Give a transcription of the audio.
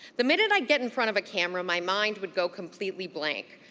the minute i'd get in front of a camera, my mind would go completely blank.